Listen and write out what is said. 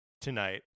tonight